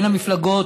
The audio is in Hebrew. בין המפלגות,